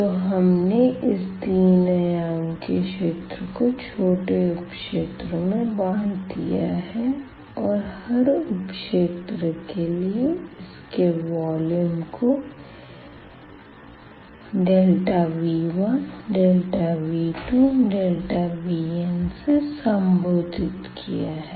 तो हमने इस तीन आयाम के क्षेत्र को छोटे उप क्षेत्रों में बांट दिया है और हर उपक्षेत्र के लिए उसके वॉल्यूम को V1δV2δVnसे संबोधित किया है